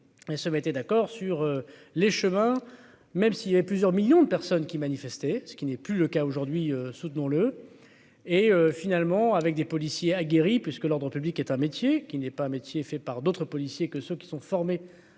et se mettaient d'accord sur les chemins, même s'il y avait plusieurs millions de personnes qui manifestaient, ce qui n'est plus le cas aujourd'hui, soutenons le, et finalement avec des policiers aguerris puisque l'ordre public est un métier qui n'est pas un métier fait par d'autres policiers que ceux qui sont formés